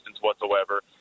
whatsoever